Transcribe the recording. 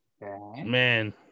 man